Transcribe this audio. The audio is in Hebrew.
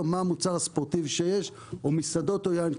מה המוצר הספורטיב שיש או מסעדות או יין.